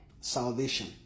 Salvation